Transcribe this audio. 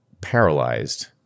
paralyzed